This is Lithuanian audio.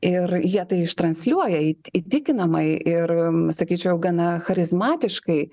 ir jie tai ištransliuoja į įtikinamai ir sakyčiau gana charizmatiškai